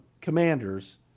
commanders